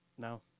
No